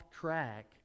track